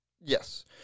Yes